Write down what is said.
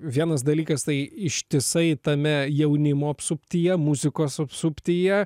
vienas dalykas tai ištisai tame jaunimo apsuptyje muzikos apsuptyje